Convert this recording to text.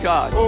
God